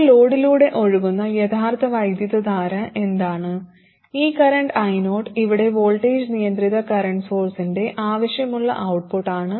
ഇപ്പോൾ ലോഡിലൂടെ ഒഴുകുന്ന യഥാർത്ഥ വൈദ്യുതധാര എന്താണ് ഈ കറന്റ് io ഇവിടെ വോൾട്ടേജ് നിയന്ത്രിത കറന്റ് സോഴ്സിന്റെ ആവശ്യമുള്ള ഔട്ട്പുട്ടാണ്